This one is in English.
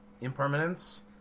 impermanence